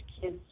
kids